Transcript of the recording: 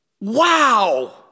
Wow